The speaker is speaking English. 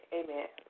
amen